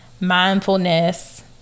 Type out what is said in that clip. mindfulness